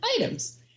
items